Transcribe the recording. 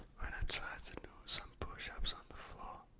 i tried to do some push-ups on the floor,